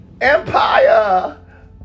Empire